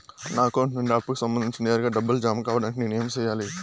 నా అకౌంట్ నుండి అప్పుకి సంబంధించి నేరుగా డబ్బులు జామ కావడానికి నేను ఏమి సెయ్యాలి?